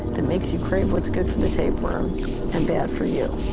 that makes you crave what's good for the tapeworm and bad for you.